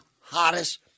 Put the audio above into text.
hottest